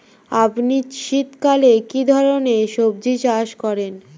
আপনি শীতকালে কী ধরনের সবজী চাষ করেন?